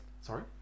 Sorry